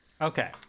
Okay